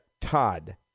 Todd